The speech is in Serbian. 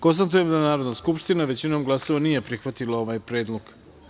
Konstatujem da Narodna skupština većinom glasova nije prihvatila ovaj predlog.